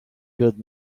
good